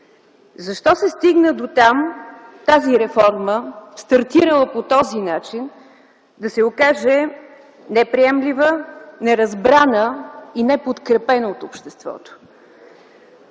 Защо се стигна до там тази реформа, стартирала по този начин, да се окаже неприемлива, неразбрана и неподкрепена от обществото?